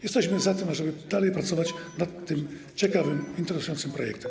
Jesteśmy za tym, ażeby dalej pracować nad tym ciekawym, interesującym projektem.